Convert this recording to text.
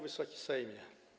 Wysoki Sejmie!